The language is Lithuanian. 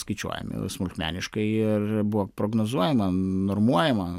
skaičiuojami smulkmeniškai ir buvo prognozuojama normuojama